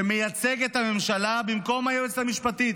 שמייצג את הממשלה במקום היועצת המשפטית,